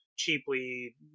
cheaply